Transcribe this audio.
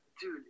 Dude